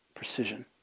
precision